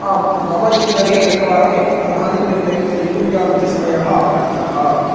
आम् मम जीवने एकवारम् एकं प्रधानं निर्णयं स्वीकुर्याम् इति समयः आपतितः